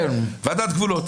ועדת גבולות